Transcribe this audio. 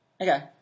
Okay